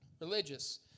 religious